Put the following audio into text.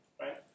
right